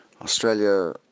Australia